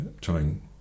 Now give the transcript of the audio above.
trying